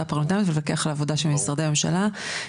פרלמנטרית ולפקח על העבודה של משרדי הממשלה,